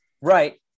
Right